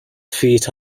feet